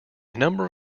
number